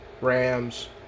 Rams